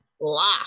lock